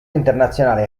internazionale